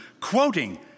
Quoting